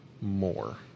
more